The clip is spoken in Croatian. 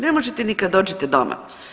Ne možete ni kad dođete doma.